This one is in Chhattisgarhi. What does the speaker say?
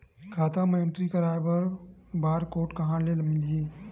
खाता म एंट्री कराय बर बार कोड कहां ले मिलही?